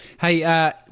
hey